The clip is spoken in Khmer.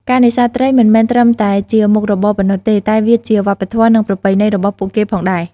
ការនេសាទត្រីមិនមែនត្រឹមតែជាមុខរបរប៉ុណ្ណោះទេ តែវាជាវប្បធម៌ និងប្រពៃណីរបស់ពួកគេផងដែរ។